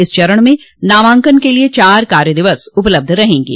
इस चरण में नामांकन के लिए चार कार्य दिवस उपलब्ध रहेंगे